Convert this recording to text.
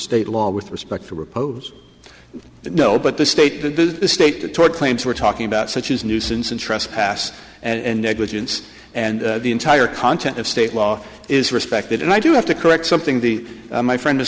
state law with respect to repose no but the state the state toward claims we're talking about such as nuisance and trespass and negligence and the entire content of state law is respected and i do have to correct something the my friend